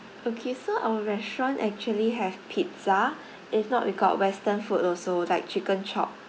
okay so our restaurant actually have pizza if not we got western food also like chicken chop